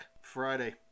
Friday